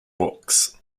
books